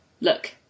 look